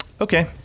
okay